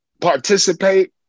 participate